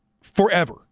forever